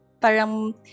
parang